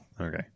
Okay